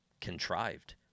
contrived